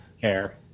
care